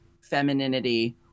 femininity